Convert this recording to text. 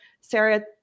sarah